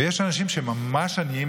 ויש אנשים שהם ממש עניים